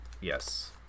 yes